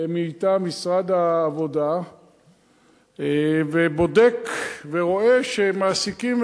מטעם משרד העבודה ובודק ורואה שמעסיקים